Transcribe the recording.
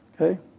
Okay